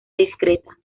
discreta